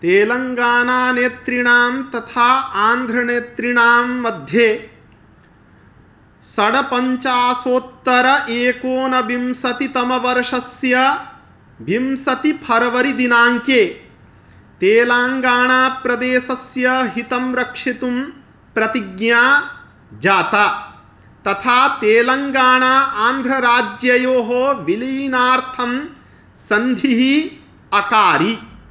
तेलङ्गाना नेतृणां तथा आन्ध्रनेतृणां मध्ये षड्पञ्चाशदुत्तरम् एकोनविंशतितमवर्षस्य विंशतिः फर्वरि दिनाङ्के तेलाङ्गाणाप्रदेशस्य हितं रक्षितुं प्रतिज्ञा जाता तथा तेलङ्गाणा आन्ध्रराज्ययोः विलीनार्थं सन्धिः अकारि